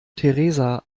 theresa